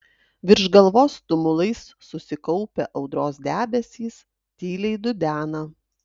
virš galvos tumulais susikaupę audros debesys tyliai dudena